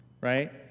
right